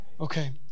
Okay